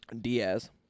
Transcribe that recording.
Diaz